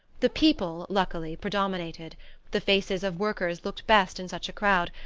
the people, luckily, predominated the faces of workers look best in such a crowd,